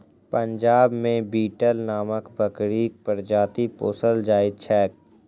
पंजाब मे बीटल नामक बकरीक प्रजाति पोसल जाइत छैक